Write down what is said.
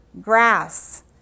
grass